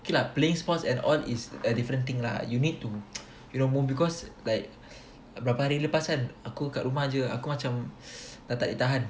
okay lah playing sports and all is a different thing lah you need to you know move because like berapa hari lepas kan aku kat rumah je aku macam dah tak leh tahan